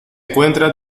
encuentra